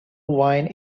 wine